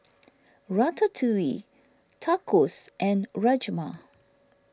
Ratatouille Tacos and Rajma